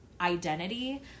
identity